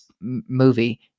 movie